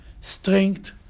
strength